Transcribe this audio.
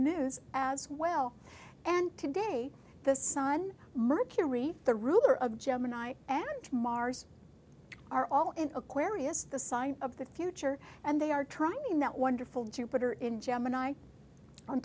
news as well and today the sun mercury the ruler of gemini and mars are all in aquarius the sign of the future and they are trying that wonderful jupiter in gemini o